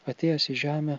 atėjęs į žemę